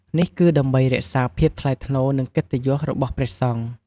នេះគឺដើម្បីរក្សាភាពថ្លៃថ្នូរ និងកិត្តិយសរបស់ព្រះសង្ឃ។